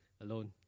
alone